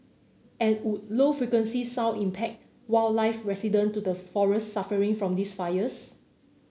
and would low frequency sound impact wildlife resident to the forests suffering from these fires